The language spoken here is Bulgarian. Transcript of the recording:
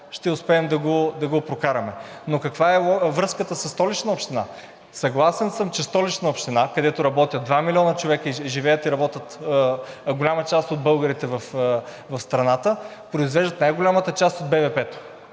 ще успеем да го прокараме. Каква е връзката със Столична община? Съгласен съм, че Столична община, където работят 2 милиона човека и живеят и работят голяма част от българите в страната, произвеждат най голямата част от БВП